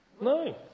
No